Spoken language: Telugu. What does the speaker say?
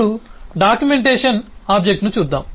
ఇప్పుడు డాక్యుమెంటేషన్ ఆబ్జెక్ట్ ను చూద్దాం